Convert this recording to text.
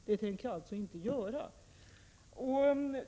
Det tänker jag alltså inte göra.